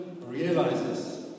realizes